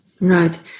Right